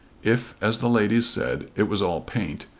if, as the ladies said, it was all paint,